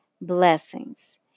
blessings